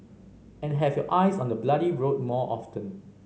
and have your eyes on the bloody road more often